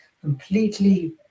completely